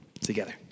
together